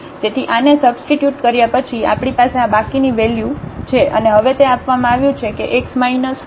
તેથી આને સબસ્ટીટ્યુટ કર્યા પછી આપણી પાસે આ બાકીની વેલ્યુવેલ્યુ છે અને હવે તે આપવામાં આવ્યું છે કે આ x 1 એ 0